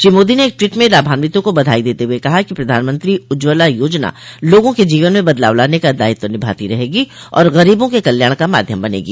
श्री मोदी ने एक ट्वीट में लाभान्वितों को बधाइ देते हुए कहा कि प्रधानमंत्री उज्ज्वला योजना लोगों के जीवन में बदलाव लाने का दायित्व निभाती रहेगी और गरोबों के कल्याण का माध्यम बनेगी